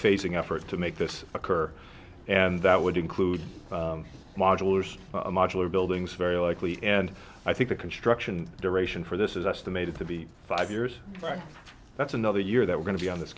phasing effort to make this occur and that would include modulars a modular buildings very likely and i think the construction duration for this is estimated to be five years right that's another year that we're going to be on this